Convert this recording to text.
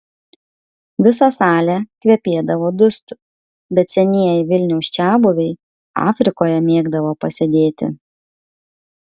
visa salė kvepėdavo dustu bet senieji vilniaus čiabuviai afrikoje mėgdavo pasėdėti